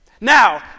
Now